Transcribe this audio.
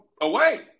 away